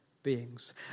Beings